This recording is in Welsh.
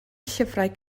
llyfrau